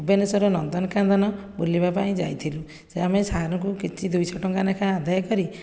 ଭୁବନେଶ୍ୱର ନନ୍ଦନକାନନ ବୁଲିବା ପାଇଁ ଯାଇଥିଲୁ ଆମେ ସାର୍ ଙ୍କ କିଛି ଦୁଇଶହ ଟଙ୍କା ଲେଖା ଆଦାୟ କରି